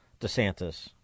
DeSantis